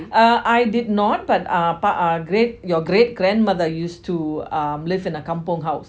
err I did not but uh uh great your great grandmother used to um live in a kampong house